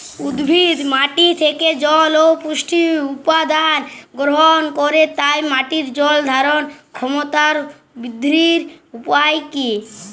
উদ্ভিদ মাটি থেকে জল ও পুষ্টি উপাদান গ্রহণ করে তাই মাটির জল ধারণ ক্ষমতার বৃদ্ধির উপায় কী?